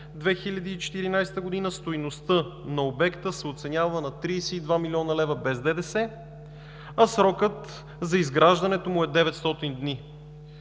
2014 г., стойността на обекта се оценява на 32 млн. лв. без ДДС, а срокът за изграждането му е 900 дни.